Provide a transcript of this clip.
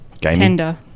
Tender